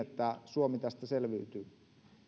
että suomi tästä selviytyy